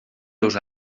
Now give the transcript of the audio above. dos